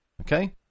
Okay